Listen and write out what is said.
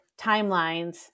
timelines